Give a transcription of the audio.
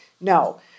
No